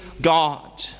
God